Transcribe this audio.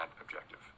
objective